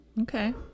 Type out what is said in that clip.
okay